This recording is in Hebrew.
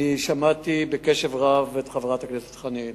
שמעתי בקשב רב את חברת הכנסת חנין,